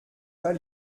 pas